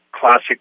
classic